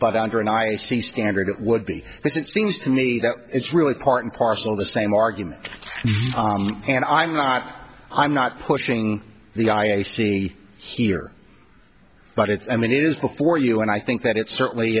but under an icy standard it would be this it seems to me that it's really part and parcel of the same argument and i'm not i'm not pushing the i a c here but it's i mean it is before you and i think that it certainly